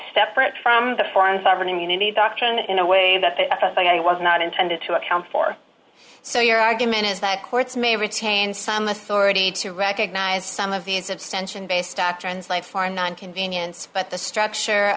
separate from the foreign sovereign immunity doctrine in a way that was not intended to account for so your argument is that courts may retain some the soroti to recognize some of these detention based doctrines life or not convenience but the structure